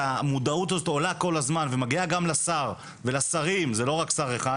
כשהמודעות הזו עולה כל הזמן ומגיעה גם לשר ולשרים זה לא רק שר אחד